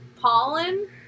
pollen